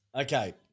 Okay